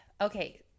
okay